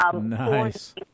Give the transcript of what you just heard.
Nice